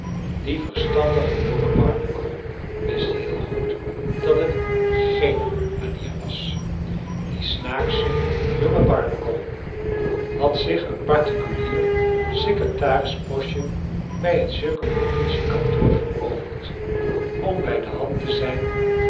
die verstandige jonge barnacle wist heel goed dat het g e e n manier was die snaaksclie jonge barnacle had zich een parti culier secretarispostje bij het c k veroverd om bij de hand te zijn